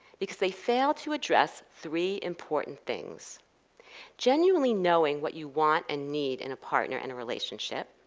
because they fail to address three important things genuinely knowing what you want and need in a partner and a relationship,